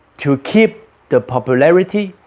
to keep the popularity